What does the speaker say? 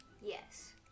Yes